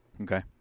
Okay